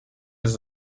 ist